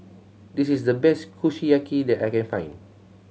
this is the best Kushiyaki that I can find